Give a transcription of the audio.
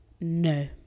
no